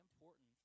important